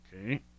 Okay